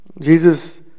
Jesus